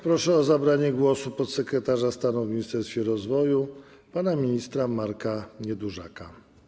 Proszę o zabranie głosu podsekretarza stanu w Ministerstwie Rozwoju pana ministra Marka Niedużaka.